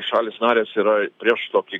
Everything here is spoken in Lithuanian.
šalys narės yra prieš tokį